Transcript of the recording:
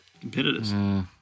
competitors